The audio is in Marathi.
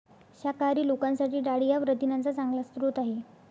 शाकाहारी लोकांसाठी डाळी हा प्रथिनांचा चांगला स्रोत आहे